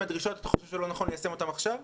הדרישות ואתה חושב שלא נכון ליישם אותן עכשיו?